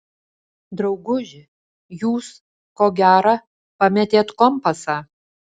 drauguži jūs ko gera pametėt kompasą